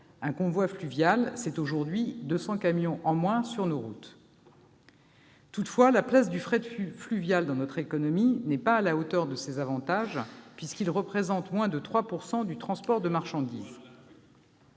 un convoi fluvial, c'est aujourd'hui 200 camions en moins sur nos routes. Toutefois, la place du fret fluvial dans notre économie n'est pas à la hauteur de ces avantages ... Loin de là !... puisqu'il représente moins de 3 % du transport de marchandises.